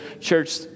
church